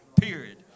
period